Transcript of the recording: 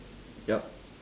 yup